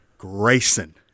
Grayson